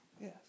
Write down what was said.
Yes